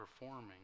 performing